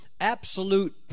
absolute